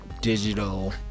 Digital